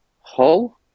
Hull